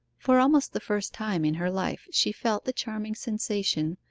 for almost the first time in her life she felt the charming sensation,